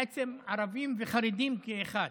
בעצם ערבים וחרדים כאחד,